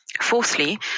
Fourthly